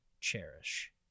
cherish